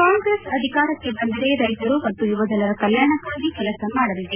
ಕಾಂಗ್ರೆಸ್ ಅಧಿಕಾರಕ್ಕೆ ಬಂದರೆ ರೈತರು ಮತ್ತು ಯುವಜನರ ಕಲ್ನಾಣಕಾಗಿ ಕೆಲಸ ಮಾಡಲಿದೆ